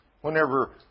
whenever